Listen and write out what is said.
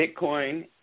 Bitcoin